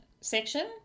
section